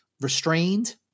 restrained